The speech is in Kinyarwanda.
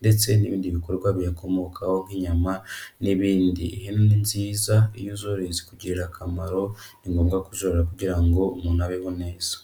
ndetse n'ibindi bikorwa biyakomokaho nk'inyama n'ibindi, ihene nziza iyo uzoroye zikugirira akamaro ni ngombwa kuzorora kugira ngo umuntu abeho neza.